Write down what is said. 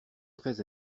très